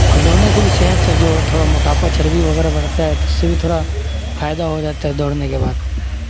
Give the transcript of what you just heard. اور دوڑنے سے بھی صحت سب جو تھوڑا موٹاپا چربی وغیرہ بڑھتا ہے تو اس سے بھی تھوڑا فائدہ ہو جاتا ہے دوڑنے کے بعد